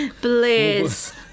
Please